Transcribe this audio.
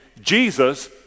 Jesus